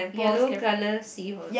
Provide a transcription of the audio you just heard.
yellow color seahorse